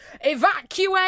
evacuate